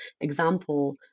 example